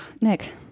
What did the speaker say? Nick